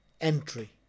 Entry